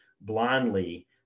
blindly